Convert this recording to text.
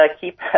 keep